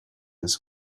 his